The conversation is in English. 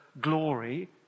glory